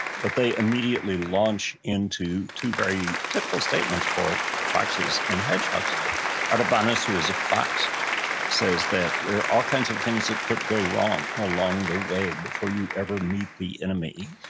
but they immediately launch into two very typical statements for foxes and hedgehogs artabanus who is a fox says that, there are all kinds of things that could go wrong along the way before you ever meet the enemy.